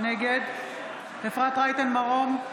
נגד אפרת רייטן מרום,